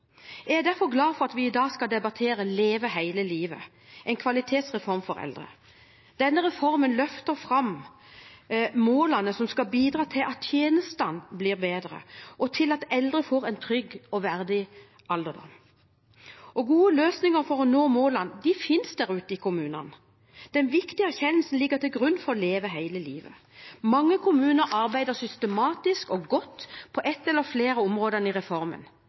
Jeg er derfor glad for at vi i dag skal debattere Leve hele livet – En kvalitetsreform for eldre. Denne reformen løfter fram målene som skal bidra til at tjenestene blir bedre, og til at eldre får en trygg og verdig alderdom. Gode løsninger for å nå målene finnes ute i kommunene. Den viktige erkjennelsen ligger til grunn for Leve hele livet. Mange kommuner arbeider systematisk og godt på ett eller flere av områdene i reformen.